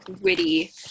witty